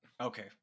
Okay